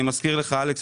אני מזכיר לך אלכס,